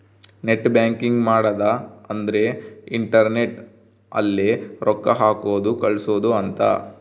net banking ಮಾಡದ ಅಂದ್ರೆ internet ಅಲ್ಲೆ ರೊಕ್ಕ ಹಾಕೋದು ಕಳ್ಸೋದು ಅಂತ